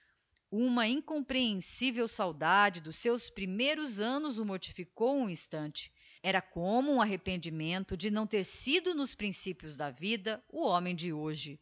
uma incomprehensivel saudade dos seus primeiros annos o mortificou um instante era como um arrependimento de não ter sido nos principies da vida o homem de hoje